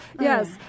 yes